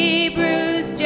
Hebrews